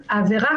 העבירה,